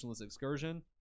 excursion